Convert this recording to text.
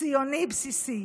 ציוני בסיסי.